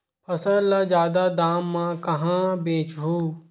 फसल ल जादा दाम म कहां बेचहु?